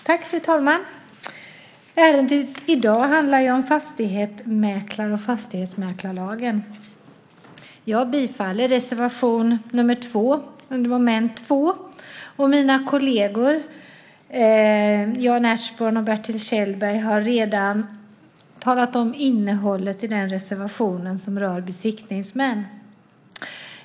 Fru talman! Ärendet i dag handlar om fastighetsmäklare och fastighetsmäklarlagen. Jag yrkar bifall till reservation 2 under punkt 2. Mina kolleger Jan Ertsborn och Bertil Kjellberg har redan talat om innehållet i reservationen som rör besiktningsmän.